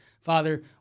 Father